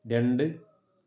രണ്ട്